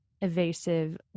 evasive